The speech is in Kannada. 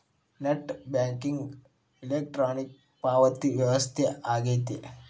ನೆಟ್ ಬ್ಯಾಂಕಿಂಗ್ ಇಲೆಕ್ಟ್ರಾನಿಕ್ ಪಾವತಿ ವ್ಯವಸ್ಥೆ ಆಗೆತಿ